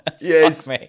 Yes